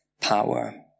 power